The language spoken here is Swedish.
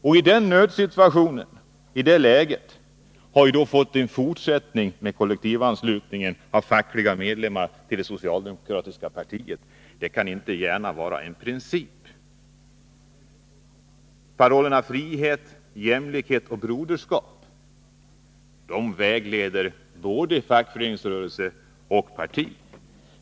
Det då av nöden uppkomna läget har fått sin fortsättning i kollektivanslutningen av fackliga medlemmar till det socialdemokratiska partiet. Men det kan inte gärna vara någon princip. Parollerna frihet, jämlikhet, broderskap vägleder både fackföreningsrörelse och parti.